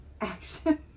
action